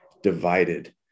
divided